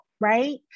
right